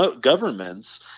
governments